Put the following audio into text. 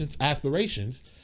aspirations